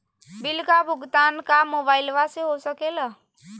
Bill का भुगतान का मोबाइलवा से हो सके ला?